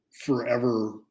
forever